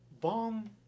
bomb